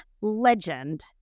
legend